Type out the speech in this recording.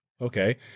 okay